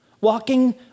Walking